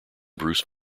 bruce